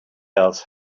else